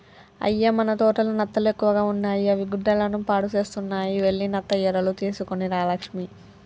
అయ్య మన తోటలో నత్తలు ఎక్కువగా ఉన్నాయి అవి గుడ్డలను పాడుసేస్తున్నాయి వెళ్లి నత్త ఎరలు తీసుకొని రా లక్ష్మి